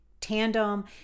tandem